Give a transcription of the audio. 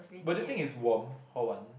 but do you think is warm hall one